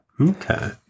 Okay